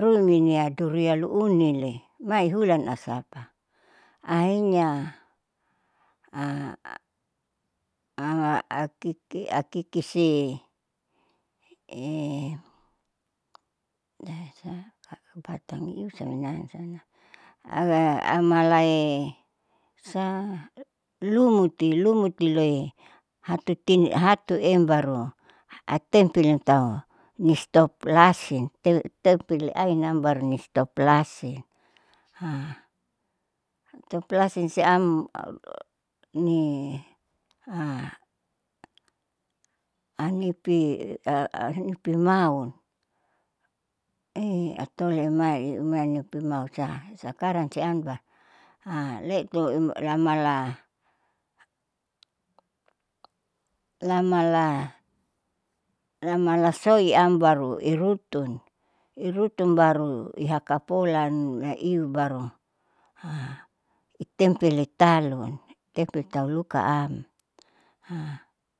ruiminia duria luunile mai ihulan asapa. ahirnya akiki akikisi amala'i sa lumuti lumuti loi hatuem baru atemtui natau nistop lasin, tepeliainam baru nistop lasin nistop lasin siam niah anipi anipimaun eiatolin emai eumainipi mausa. sakarang siam baru letui lamala, lamala soiam baru irutun irutun baru ihakapolan niihu baru itempeli talun tempel talukaam.